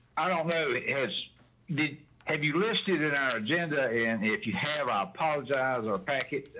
i don't know is did have you listed in our agenda and if you have, i apologize or packet,